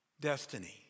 destiny